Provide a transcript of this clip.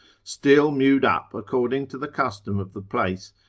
still mewed up according to the custom of the place,